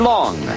Long